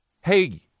Hey